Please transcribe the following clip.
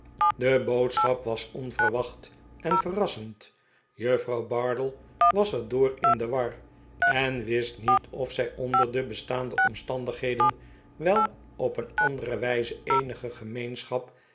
de boodschap was onverwacht en verrassend juffrouw bardell was er door in de war en wist niet of zij onder de bestaande omstandigheden wel op een andere wijze eenige gemeenschap